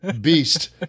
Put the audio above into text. beast